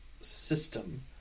system